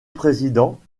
président